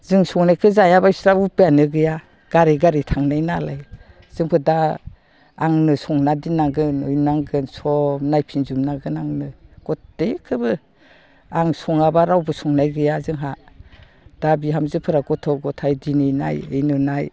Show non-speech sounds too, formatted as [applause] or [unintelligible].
जों संनायखौ जायाबा बिस्रा उफायानो गैया गारै गारै थांनाय नालाय जोंफोर दा आंनो संना दोन्नांगोन ओरिनांगोन सब नायफिनजोबनांगोन आंनो गासिखौबो आं सङाबा रावबो संनाय गैया जोंहा दा बिहामजोफोरा गथ' ग'थाइ दिनै नाय [unintelligible]